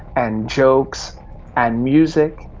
and jokes and music,